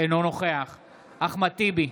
אינו נוכח אחמד טיבי,